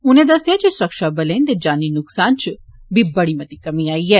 उनें दस्सेया जे सुरक्षाबलें दे जानी नुक्सान च बी बड़ी मती कमीं आई ऐ